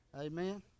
amen